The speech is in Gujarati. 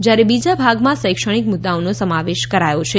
જ્યારે બીજા ભાગમાં શૈક્ષણિક મુદ્દાઓનો સમાવેશ કરાયો છે